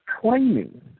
claiming